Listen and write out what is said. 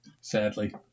sadly